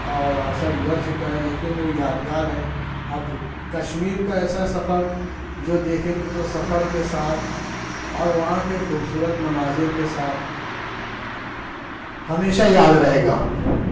اور عرصہ گزر چکا ہے لیکن وہ یادگار ہے اب کشمیر کا ایسا سفر جو دیکھیں گے تو سفر کے ساتھ اور وہاں کے خوبصورت مناظر کے ساتھ ہمیشہ یاد رہے گا